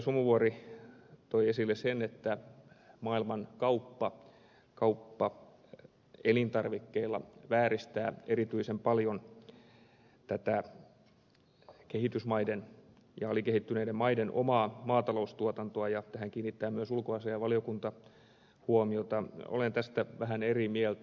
sumuvuori toi esille sen että maailmankauppa kauppa elintarvikkeilla vääristää erityisen paljon tätä kehitysmaiden ja alikehittyneiden maiden omaa maataloustuotantoa ja tähän kiinnittää myös ulkoasiainvaliokunta huomiota olen tästä vähän eri mieltä